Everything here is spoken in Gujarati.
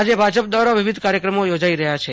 આજે ભાજપ દ્વારા વિવિધ કાર્યક્રમો યોજાઇ રહ્યા છે